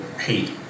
hate